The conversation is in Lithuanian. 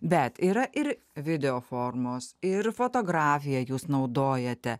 bet yra ir video formos ir fotografiją jūs naudojate